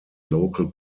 local